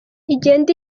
igenda